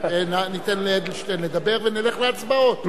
ניתן לאדלשטיין לדבר, ונלך להצבעות.